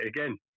again